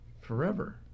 forever